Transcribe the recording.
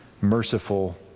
merciful